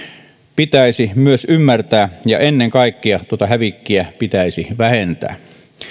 pitäisi myös ymmärtää ja ennen kaikkea tuota hävikkiä pitäisi vähentää